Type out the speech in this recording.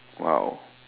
!wow!